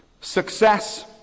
success